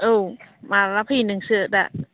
औ माब्ला फैयो नोंसो दा